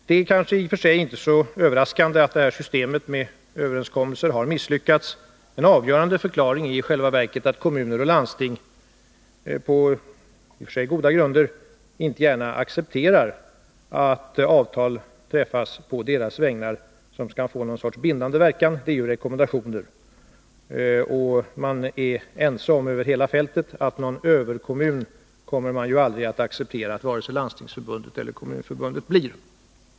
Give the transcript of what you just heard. Det är kanske i och för sig inte så överraskande att det här systemet med överenskommelser har misslyckats. En avgörande förklaring är i själva verket att kommuner och landsting på i och för sig goda grunder inte gärna accepterar att avtal träffas på deras vägnar med någon sorts bindande verkan. Det är ju fråga om rekommendationer. Över hela fältet är man ense om att 127 man aldrig kommer att acceptera att vare sig Landstingsförbundet eller Kommunförbundet blir en överkommun.